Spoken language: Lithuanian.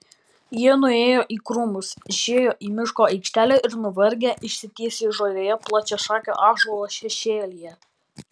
jie nuėjo į krūmus išėjo į miško aikštelę ir nuvargę išsitiesė žolėje plačiašakio ąžuolo šešėlyje